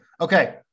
Okay